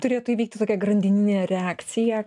turėtų įvykti tokia grandininė reakcija